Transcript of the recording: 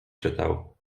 czytał